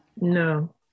No